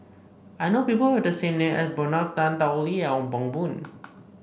I know people who have the name as Bernard Tan Tao Li and Ong Pang Boon